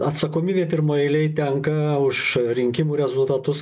atsakomybė pirmoj eilėj tenka už rinkimų rezultatus